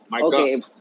Okay